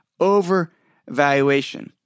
overvaluation